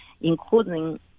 including